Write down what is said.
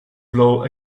blow